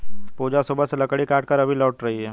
पूजा सुबह से लकड़ी काटकर अभी लौट रही है